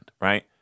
right